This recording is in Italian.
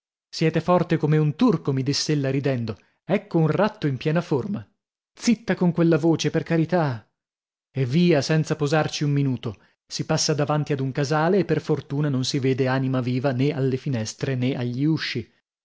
siete forte come un turco mi diss'ella ridendo ecco un ratto in piena forma zitta con quella voce per carità e via senza posarci un minuto si passa davanti ad un casale e per fortuna non si vede anima viva nè alle finestre nè agli usci